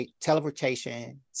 teleportation